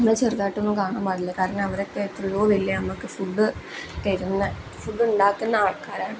നമ്മൾ ചെറുതായിട്ടൊന്നും കാണാൻ പാടില്ല കാരണം അവരൊക്കെ എത്രയോ വലിയ നമുക്ക് ഫുഡ് തരുന്ന ഫുഡ് ഉണ്ടാക്കുന്ന ആൾക്കാരാണ്